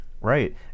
Right